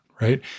right